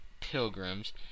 pilgrims